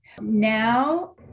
Now